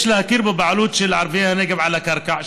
יש להכיר בבעלות של ערביי הנגב על הקרקע,